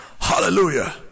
Hallelujah